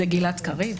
זה גלעד קריב,